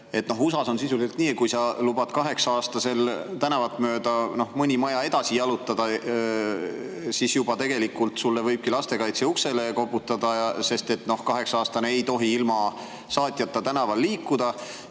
USA-s on sisuliselt nii, et kui sa lubad kaheksa-aastasel tänavat mööda mõni maja edasi jalutada, siis juba võibki lastekaitse su uksele koputada, sest kaheksa-aastane ei tohi ilma saatjata tänaval liikuda.